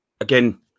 again